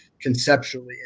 conceptually